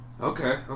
Okay